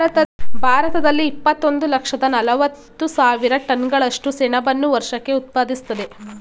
ಭಾರತದಲ್ಲಿ ಇಪ್ಪತ್ತೊಂದು ಲಕ್ಷದ ನಲವತ್ತು ಸಾವಿರ ಟನ್ಗಳಷ್ಟು ಸೆಣಬನ್ನು ವರ್ಷಕ್ಕೆ ಉತ್ಪಾದಿಸ್ತದೆ